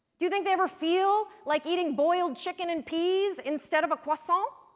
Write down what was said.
you think they ever feel like eating boiled chicken and peas instead of a croissant?